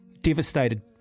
Devastated